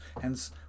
Hence